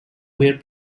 were